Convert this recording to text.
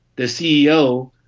the ceo,